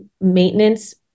maintenance